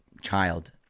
child